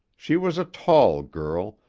she was a tall girl,